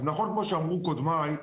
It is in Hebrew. אז נכון, כמו שאמרו קודמיי,